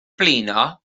blino